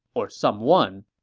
or someone.